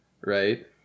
Right